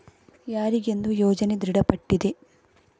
ಯಾರಿಗೆಂದು ಯೋಜನೆ ದೃಢಪಟ್ಟಿದೆ?